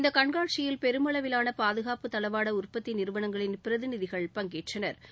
இந்த கண்காட்சியில் பெருமளவிலான பாதுகாப்பு தளவாட உற்பத்தி நிறுவனங்களின் பிரதிநிதிகள் பங்கேற்றனா்